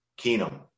Keenum